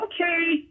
Okay